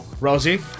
Rosie